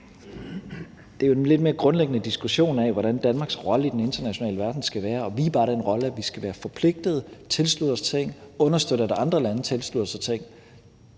det er en lidt mere grundlæggende diskussion af, hvordan Danmarks rolle i den internationale verden skal være. Og vi er bare i den rolle, at vi skal være forpligtede, tilslutte os ting og understøtte, at andre lande tilslutter sig ting.